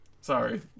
Sorry